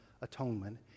atonement